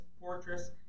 fortress